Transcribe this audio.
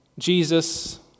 Jesus